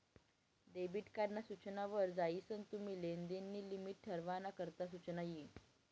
debit card ना सूचना वर जायीसन तुम्ही लेनदेन नी लिमिट ठरावाना करता सुचना यी